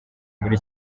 muri